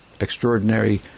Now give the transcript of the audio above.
extraordinary